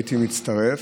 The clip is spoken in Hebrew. הייתי מצטרף.